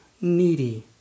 needy